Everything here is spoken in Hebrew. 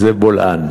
זה לא, זה בולען,